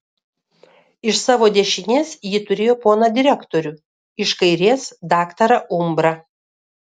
iš savo dešinės ji turėjo poną direktorių iš kairės daktarą umbrą